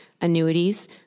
annuities